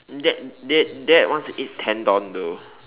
dad dad dad wants to eat tendon though